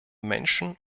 menschen